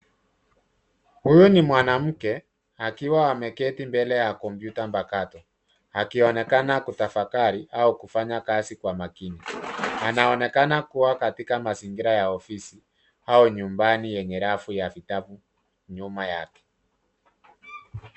Huyu ni mwanamke akiwa ameketi mbele ya kompyuta mpakato. Akinoekana kutafakari au kufanya kazi kwa makini. Anaonekana kuwa katika mazingira ya ofisi au nyumbani yenye rafu ya vitabu nyuma yake.